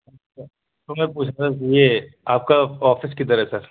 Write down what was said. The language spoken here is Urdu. اچھا تو میں پوچھ رہا تھا کہ یہ آپ کا آفس کدھر ہے سر